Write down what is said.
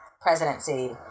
presidency